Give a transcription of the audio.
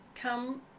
come